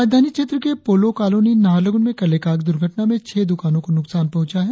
राजधानी क्षेत्र के पोलो कॉलोनी नाहरलगुन में कल एक आग द्र्घटना में छह दुकानों को नुकसान पहुंचा है